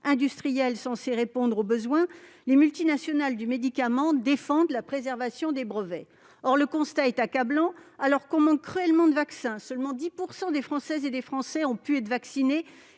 industrielle censée répondre aux besoins, les multinationales du médicament défendent la préservation des brevets. Or le constat est accablant. Alors que l'on manque cruellement de vaccins- seulement 10 % des Françaises et des Français et moins